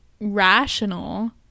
rational